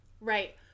Right